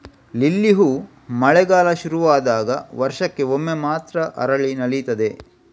lily ಹೂ ಮಳೆಗಾಲ ಶುರು ಆದಾಗ ವರ್ಷಕ್ಕೆ ಒಮ್ಮೆ ಮಾತ್ರ ಅರಳಿ ನಲೀತದೆ